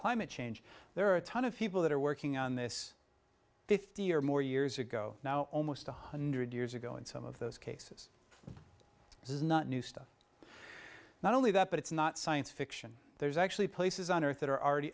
climate change there are a ton of people that are working on this fifty or more years ago now almost one hundred years ago and some of those cases this is not new stuff not only that but it's not science fiction there's actually places on earth that are already